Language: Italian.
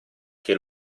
che